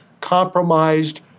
compromised